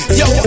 yo